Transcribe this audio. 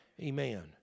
Amen